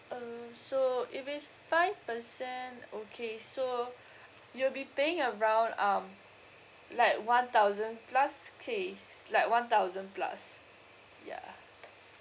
um so if it's five percent okay so you'll be paying around um like one thousand plus K s~ like one thousand plus yeah